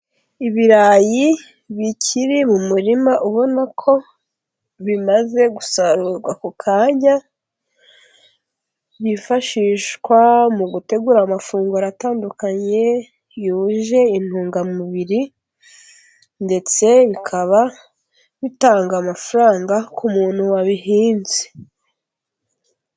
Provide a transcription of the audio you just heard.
Ibirayi bikiri mu murima ,ubona ko bimaze gusarurwa ako kanya, byifashishwa mu gutegura amafunguro atandukanye yuje intungamubiri, ndetse bikaba bitanga amafaranga ku muntu wabihinze.